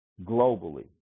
globally